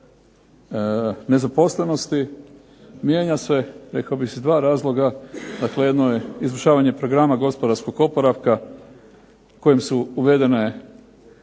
nezaposlenosti mijenja se rekao bih iz dva razloga. Dakle, jedno je izvršavanje Programa gospodarskog oporavka kojim su uvedene